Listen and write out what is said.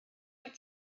wyt